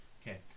Okay